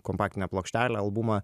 kompaktinę plokštelę albumą